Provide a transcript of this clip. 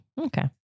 Okay